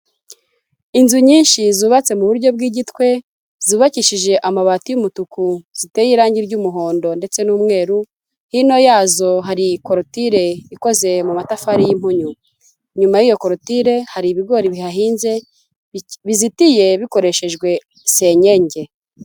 Inzu nyinshi zubatse mu buryo bw'igitwe, zubakishije amabati y'umutuku ziteye irangi ry'umuhondo ndetse n'umweru, hino yazo hari korotire ikoze mu matafari y'impunyu, nyuma y'iyo korotire hari ibigori bihahinze bizitiye bikoreshejwe senyenge.